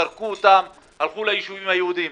זרקו אותם והם הלכו ליישובים היהודיים.